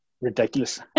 ridiculous